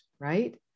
right